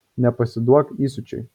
nepasiduok įsiūčiui